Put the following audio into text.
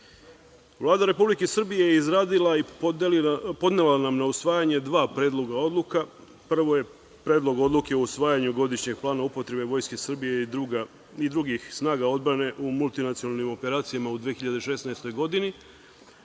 Vlada Republike Srbije je izradila i podnela nam na usvajanje dva predloga odluka. Prvo je Predlog odluke o usvajanju godišnjeg plana upotrebe Vojske Srbije i drugih snaga odbrane u multinacionalnim operacijama u 2016. godini,